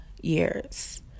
years